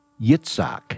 Yitzhak